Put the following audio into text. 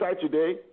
today